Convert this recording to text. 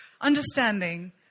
understanding